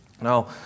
Now